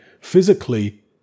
physically